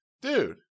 dude